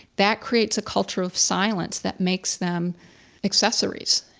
that creates a culture of silence that makes them accessories.